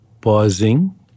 pausing